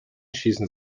schießen